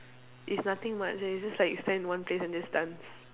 it's nothing much eh it's just like stand in one place and just dance